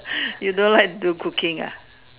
you don't like do cooking ah